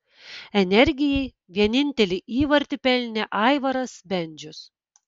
energijai vienintelį įvartį pelnė aivaras bendžius